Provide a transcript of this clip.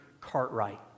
Cartwright